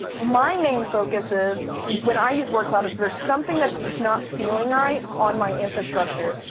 my main focus is, when i use word cloud, is is there's something that's just not feeling right on my infrastructure.